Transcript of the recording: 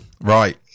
Right